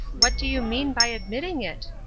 what do you mean by admitting it?